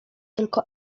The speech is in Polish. tylko